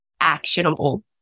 actionable